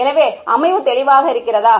எனவே அமைவு தெளிவாக இருக்கிறதா